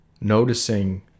noticing